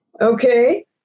Okay